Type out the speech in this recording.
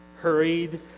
hurried